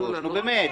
נו באמת.